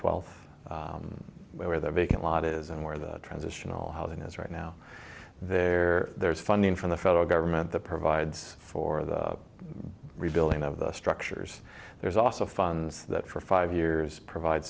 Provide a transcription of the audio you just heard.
twelfth we were there because a lot is and where the transitional housing is right now there there's funding from the federal government the provides for the rebuilding of the structures there's also funds that for five years provide